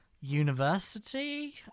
university